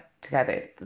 Together